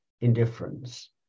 indifference